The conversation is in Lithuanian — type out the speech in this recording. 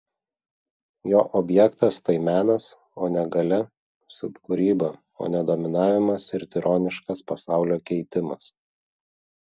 jo objektas tai menas o ne galia subkūryba o ne dominavimas ir tironiškas pasaulio keitimas